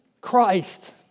Christ